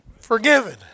Forgiven